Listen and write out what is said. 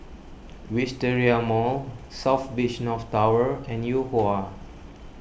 Wisteria Mall South Beach North Tower and Yuhua